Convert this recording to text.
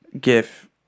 gif